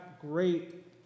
great